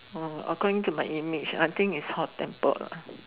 oh according to my image I think is hot temper lah